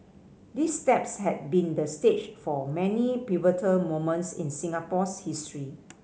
these steps had been the stage for many pivotal moments in Singapore's history